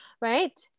right